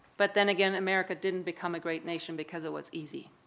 but then again america didn't become a great nation because it was easy.